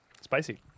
Spicy